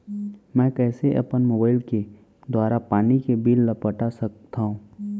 मैं कइसे अपन मोबाइल के दुवारा पानी के बिल ल पटा सकथव?